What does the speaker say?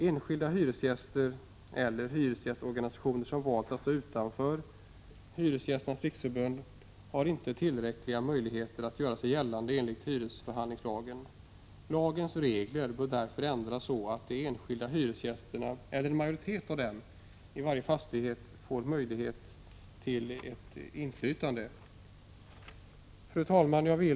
Enskilda hyresgäster eller hyresgästorganisationer som valt att stå utanför Hyresgästernas riksförbund har inte tillräckliga möjligheter att göra sig gällande enligt hyresförhandlingslagen. Lagens regler bör därför ändras, så att de enskilda hyresgästerna eller en majoritet av dem i varje fastighet får möjlighet till inflytande. Fru talman!